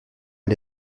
est